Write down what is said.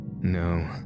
No